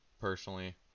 personally